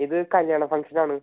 ഇത് കല്യാണ ഫങ്ഷനാണ്